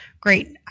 Great